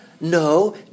No